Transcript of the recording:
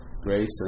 Grace